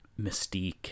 mystique